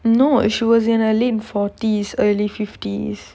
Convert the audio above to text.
no she was in her late forties early fifties